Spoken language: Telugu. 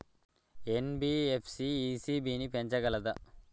ఎన్.బి.ఎఫ్.సి ఇ.సి.బి ని పెంచగలదా?